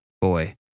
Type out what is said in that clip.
Boy